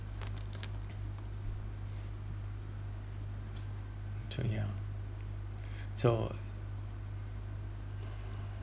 to ya so